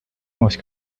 most